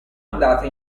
andate